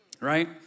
right